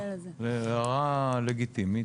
הערה לגיטימית.